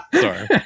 sorry